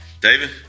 David